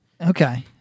Okay